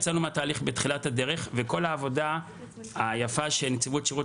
יצאנו מהתהליך בתחילת הדרך וכל העבודה היפה שנציבות שירות